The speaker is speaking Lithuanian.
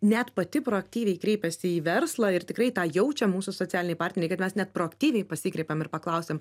net pati proaktyviai kreipiasi į verslą ir tikrai tą jaučia mūsų socialiniai partneriai kad mes net proaktyviai pasikreipėm ir paklausėm